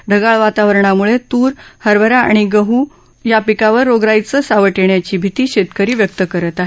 ढकाळ वातावरणामुळे तूर हरभरा आणि गह् गव्हाच्या पिकांवर रोगराईचं सावट येण्याची भिती शेतकरी व्यक्त करत आहेत